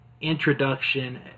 introduction